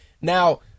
Now